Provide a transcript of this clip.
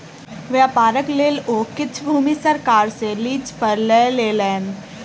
व्यापारक लेल ओ किछ भूमि सरकार सॅ लीज पर लय लेलैन